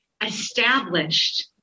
established